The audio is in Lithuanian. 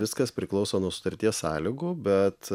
viskas priklauso nuo sutarties sąlygų bet